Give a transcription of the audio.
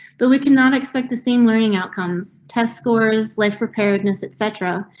but we cannot expect the same learning outcomes, test scores, life preparedness, etc.